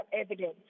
evidence